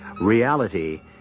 reality